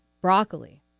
broccoli